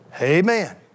Amen